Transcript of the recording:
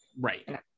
right